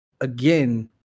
again